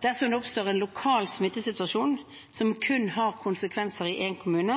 Dersom det oppstår en lokal smittesituasjon som kun har konsekvenser i én kommune,